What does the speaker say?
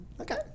okay